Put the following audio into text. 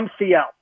MCL